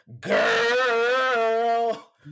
girl